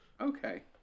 Okay